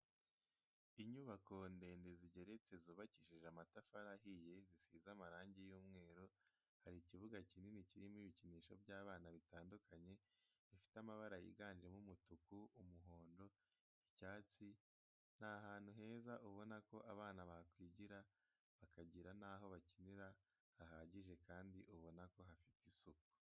Inyubako ndende zigeretse zubakishije amatafari ahiye zisize amarangi y'umweru, hari ikibuga kinini kirimo ibikinisho by'abana bitandukanye bifite amabara yiganjemo umutuku, umuhondo, icyatsi, ni ahantu heza ubona ko abana bakwigira bakagira naho bakinira hahagije, kandi ubona ko hafite isuku.